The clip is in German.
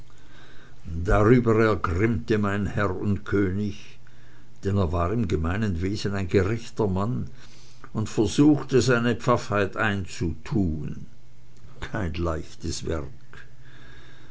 darüber ergrimmte mein herr und könig denn er war im gemeinen wesen ein gerechter mann und versuchte seine pfaffheit einzutun kein leichtes werk